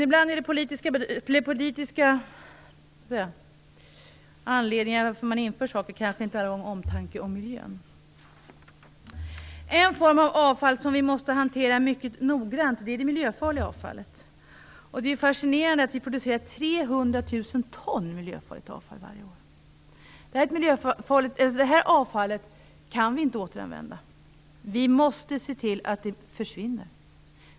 Ibland finns det politiska anledningar till att saker införs i stället för att det bygger på en omtanke om miljön. En form av avfall som vi måste hantera mycket noga är det miljöfarliga avfallet. Det är fascinerande att vi producerar 300 000 ton miljöfarligt avfall varje år. Detta avfall kan inte återanvändas. Vi måste därför se till att det försvinner.